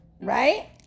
right